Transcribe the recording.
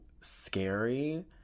scary